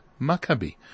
Maccabi